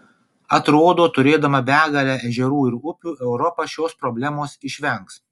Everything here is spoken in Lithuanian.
atrodo turėdama begalę ežerų ir upių europa šios problemos išvengs